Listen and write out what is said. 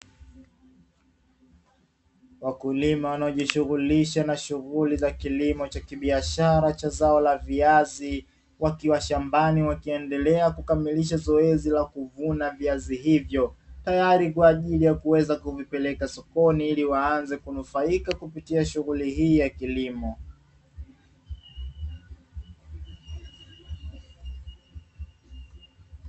Wakulima wanaojishughulisha na shughuli za kilimo cha kibiashara cha zao la viazi wakiwa shambani wakiendelea kukamilisha zoezi la kuvuna viazi hivyo. Tayari kwa ajili ya kuweza kuvipeleka sokoni ili waanze kunufaika kupitia shughuli hii ya kilimo.